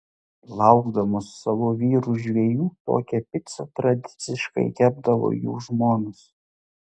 laukdamos savo vyrų žvejų tokią picą tradiciškai kepdavo jų žmonos